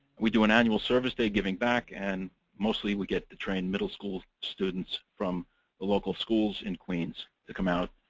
we do an annual service day, giving back. and mostly we get to train middle school students from the local schools in queens. to come out